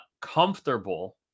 comfortable